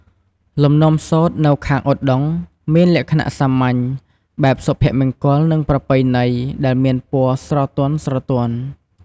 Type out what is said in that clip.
លំនាំសូត្រនៅខាងឩត្តុង្គ មានលក្ខណៈសាមញ្ញ បែបសុភមង្គល និងប្រពៃណី ដែលមានពណ៌ស្រទន់ៗ។